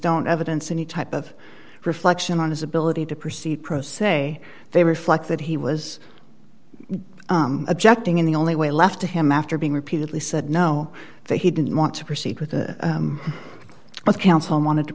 don't evidence any type of reflection on his ability to proceed pro se they reflect that he was objecting in the only way left to him after being repeatedly said no that he didn't want to proceed with it with counsel wanted to